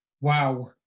Wow